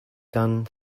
gun